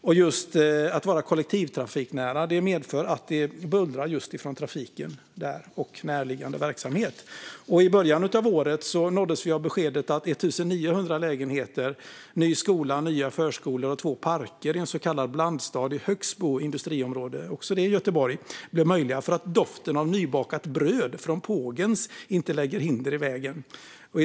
När det är kollektivtrafiknära medför det buller just från trafiken och närliggande verksamhet. I början av året nåddes vi av beskedet att det blir möjligt med 1 900 lägenheter, en ny skola, nya förskolor och två parker i en så kallad blandstad i Högsbo industriområde, också det i Göteborg, eftersom doften av nybakat bröd från Pågen inte lägger hinder i vägen.